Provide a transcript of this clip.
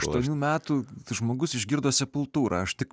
aštuonių metų žmogus išgirdo sepultūrą aš tik